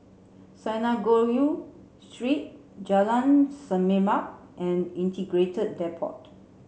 Synagogue Street Jalan Semerbak and Integrated Depot